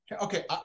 okay